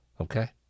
Okay